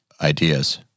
ideas